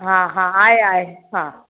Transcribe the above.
हा हा आहे आहे हा